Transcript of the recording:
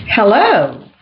Hello